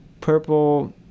purple